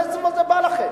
מאיפה זה בא לכם?